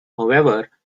however